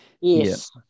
yes